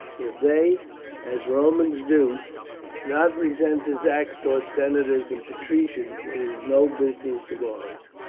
if they as romans do not resent his acts towards senators and patricians it is no business of ours,